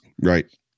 Right